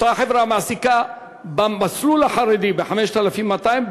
אותה חברה מעסיקה במסלול החרדי ב-5,200,